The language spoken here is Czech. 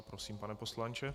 Prosím, pane poslanče.